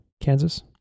Kansas